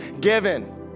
given